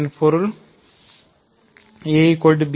இதன் பொருள் abc